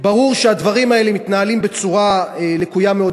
ברור שהדברים האלה מתנהלים בצורה לקויה מאוד.